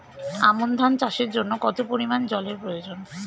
আমন ধান চাষের জন্য কত পরিমান জল এর প্রয়োজন?